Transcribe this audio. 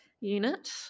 unit